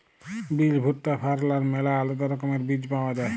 বিল, ভুট্টা, ফারল আর ম্যালা আলেদা রকমের বীজ পাউয়া যায়